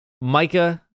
Micah